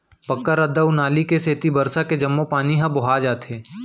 पक्का रद्दा अउ नाली के सेती बरसा के जम्मो पानी ह बोहा जाथे